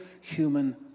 human